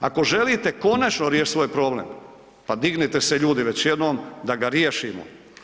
Ako želite konačno riješiti svoj problem pa dignite se ljudi već jednom da ga riješimo.